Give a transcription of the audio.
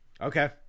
Okay